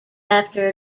after